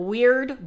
Weird